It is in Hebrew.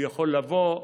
הוא יכול לבוא,